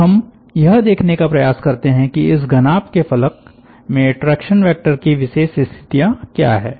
अब हम यह देखने का प्रयास करते हैं कि इस घनाभ के फलक में ट्रैक्शन वैक्टर की विशेष स्थितियां क्या हैं